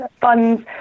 funds